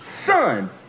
son